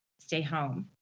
stay home.